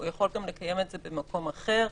יכול לקיים את זה במקום אחר.